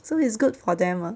so it's good for them ah